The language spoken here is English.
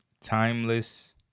Timeless